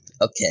Okay